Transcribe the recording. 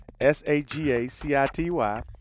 S-A-G-A-C-I-T-Y